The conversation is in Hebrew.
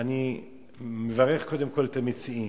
אני מברך קודם כול את המציעים.